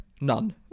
None